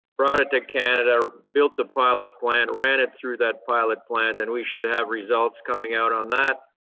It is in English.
brought it to canada, built a pilot plant, ran it through that pilot plant, and we should have results coming out on that